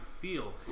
feel